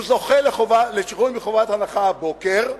הוא זכה לשחרור מחובת הנחה הבוקר,